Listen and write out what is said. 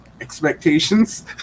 expectations